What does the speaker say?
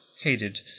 hated